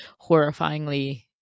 horrifyingly